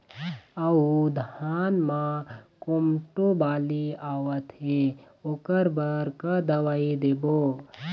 अऊ धान म कोमटो बाली आवत हे ओकर बर का दवई देबो?